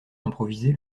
improvisés